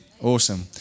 Awesome